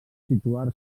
situar